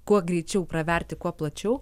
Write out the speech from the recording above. kuo greičiau praverti kuo plačiau